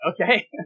okay